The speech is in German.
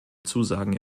zusagen